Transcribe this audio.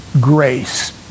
grace